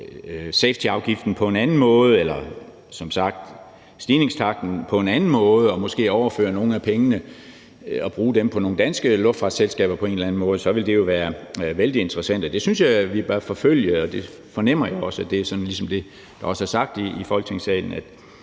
safetyafgiften på en anden måde eller stigningstakten på en anden måde og måske overføre nogle af pengene og på en eller anden måde bruge dem på nogle danske luftfartsselskaber, for så ville det jo være vældig interessant. Det synes jeg vi bør forfølge, og jeg fornemmer også, at det ligesom er det, der er sagt i Folketingssalen,